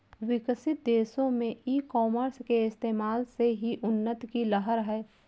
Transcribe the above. विकसित देशों में ई कॉमर्स के इस्तेमाल से ही उन्नति की लहर है